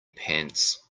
pants